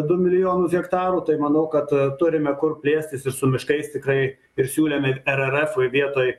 du milijonus hektarų tai manau kad turime kur plėstis ir su miškais tikrai ir siūlėme erefui vietoj